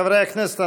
חברי הכנסת,